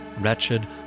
wretched